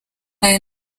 aya